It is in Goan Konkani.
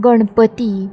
गणपती